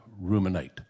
Ruminate